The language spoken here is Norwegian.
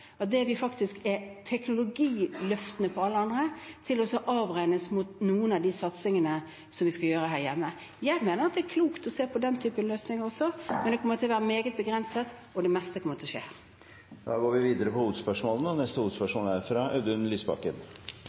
det som faktisk er teknologiløft for alle andre, og avregnes mot noen av de satsingene som vi skal gjøre her hjemme? Jeg mener at det er klokt også å se på den typen løsninger, men dette kommer til å være meget begrenset, og det meste kommer til å skje her. Vi går